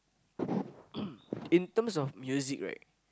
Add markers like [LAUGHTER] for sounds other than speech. [COUGHS] in terms of music right